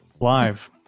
live